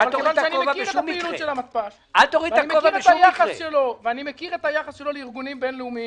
אני מכיר את היחס שלו לארגונים בין-לאומיים,